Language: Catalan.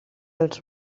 els